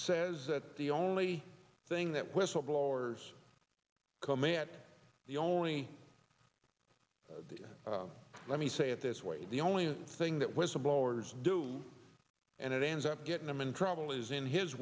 says that the only thing that whistleblowers comment the only let me say it this way the only thing that whistleblowers do and it ends up getting him in trouble is in his